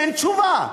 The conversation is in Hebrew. תן תשובה.